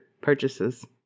purchases